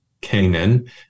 Canaan